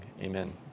amen